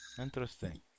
interesting